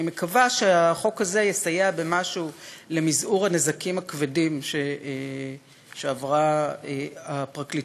אני מקווה שהחוק הזה יסייע במשהו למזעור הנזקים הכבדים שספגה הפרקליטות,